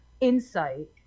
insight